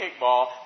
kickball